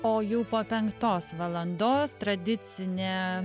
o jau po penktos valandos tradicinė